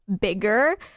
bigger